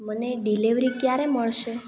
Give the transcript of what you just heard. મને ડીલિવરી ક્યારે મળશે